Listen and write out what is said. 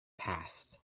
past